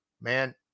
man